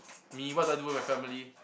me what do I do with my family